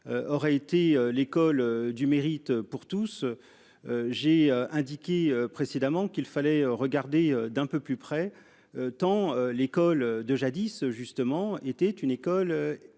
Aurait été l'école du mérite pour tous. J'ai indiqué précédemment qu'il fallait regarder d'un peu plus près. Tant l'école de jadis justement était une école